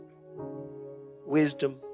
wisdom